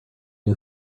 new